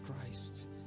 Christ